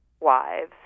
wives